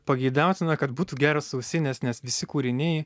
pageidautina kad būtų geros ausinės nes visi kūriniai